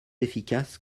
efficace